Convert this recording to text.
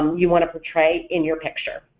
you want to portray in your picture.